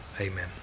amen